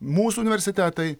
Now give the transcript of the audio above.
mūsų universitetai